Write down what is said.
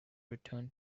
return